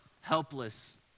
helpless